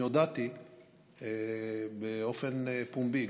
אני הודעתי באופן פומבי,